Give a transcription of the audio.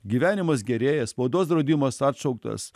gyvenimas gerėja spaudos draudimas atšauktas